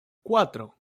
cuatro